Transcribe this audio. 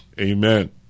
amen